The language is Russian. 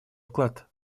вклад